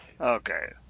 Okay